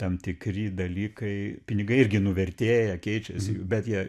tam tikri dalykai pinigai irgi nuvertėja keičiasi bet jie